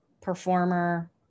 performer